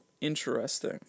interesting